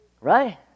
Right